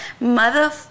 mother